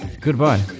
Goodbye